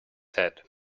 head